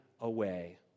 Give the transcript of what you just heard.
away